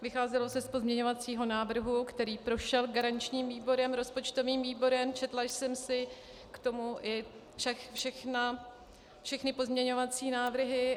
Vycházelo se z pozměňovacího návrhu, který prošel garančním výborem, rozpočtovým výborem, četla jsem si k tomu i všechny pozměňovací návrhy.